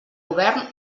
govern